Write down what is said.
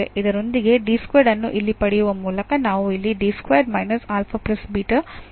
ಇದರೊಂದಿಗೆ ಅನ್ನು ಇಲ್ಲಿ ಪಡೆಯುವ ಮೂಲಕ ನಾವು ಇಲ್ಲಿ ಅನ್ನು ಹೊಂದಿರುತ್ತೇವೆ